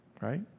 right